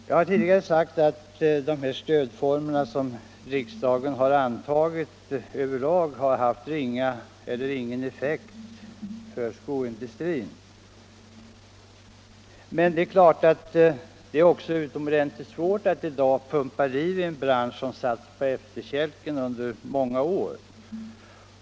Jag har tidigare sagt att de stödformer som riksdagen antagit över lag har haft ringa eller ingen effekt för skoindustrin. Det är utomordentligt svårt att i dag pumpa liv i en bransch som satts på efterkälken under många år.